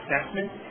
assessment